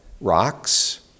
rocks